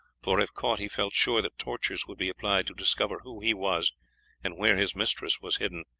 for if caught he felt sure that tortures would be applied to discover who he was and where his mistress was hidden,